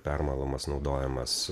permalamas naudojamas